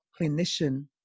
clinician